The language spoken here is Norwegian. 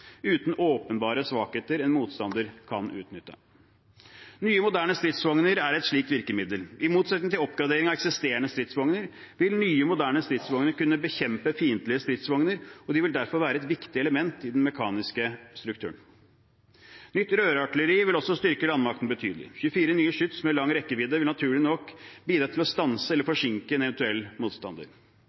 uten åpenbare svakheter en motstander kan utnytte. Nye moderne stridsvogner er et slikt virkemiddel. I motsetning til oppgradering av eksisterende stridsvogner vil nye moderne stridsvogner kunne bekjempe fiendtlige stridsvogner, og de vil derfor være et viktig element i den mekaniske strukturen. Nytt rørartilleri vil også styrke landmakten betydelig. 24 nye skyts med lang rekkevidde vil naturlig nok bidra til å stanse eller forsinke en eventuell motstander.